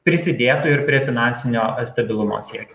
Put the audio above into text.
prisidėtų ir prie finansinio stabilumo siekio